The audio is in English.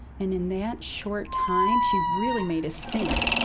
and in that short time, she really made us think.